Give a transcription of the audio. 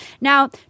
Now